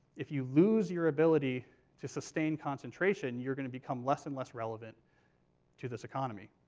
if you lose your ability to sustain concentration, you're going to become less and less relevant to this economy.